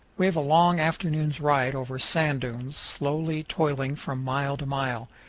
we have a long afternoon's ride over sand dunes, slowly toiling from mile to mile.